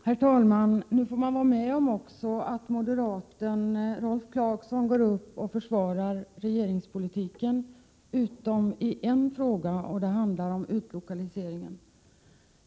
Herr talman! Nu får man vara med om att moderaten Rolf Clarkson går upp och försvarar regeringspolitiken utom i en fråga, och det handlar om utlokaliseringen.